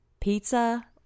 pizza